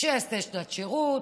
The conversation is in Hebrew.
שיעשה שנת שירות,